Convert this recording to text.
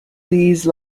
these